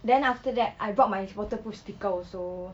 then after that I brought my water proof speaker also